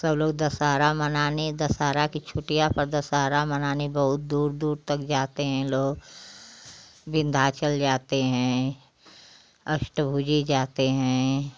सब लोग दशहरा मनाने दशहरा कि छुट्टियाँ पर दशहरा मनाने बहुत दूर दूर तक जाते हैं लोग विंध्याचल जाते हैं अष्टभूजी जाते हैं